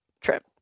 trip